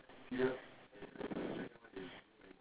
uh p~ purple sock and black shoes ah